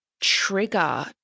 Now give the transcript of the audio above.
trigger